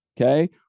okay